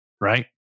right